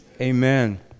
Amen